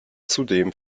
zudem